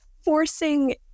forcing